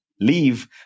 leave